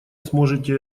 сможете